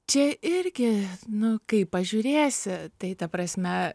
čia irgi nu kaip pažiūrėsi tai ta prasme